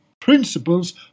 principles